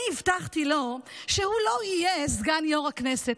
אני הבטחתי לו שהוא לא יהיה סגן יו"ר הכנסת.